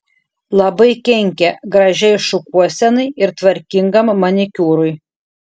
labai kenkia gražiai šukuosenai ir tvarkingam manikiūrui